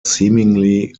seemingly